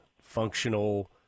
functional